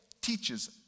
teaches